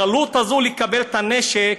הקלות הזאת לקבל נשק,